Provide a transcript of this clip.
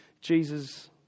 Jesus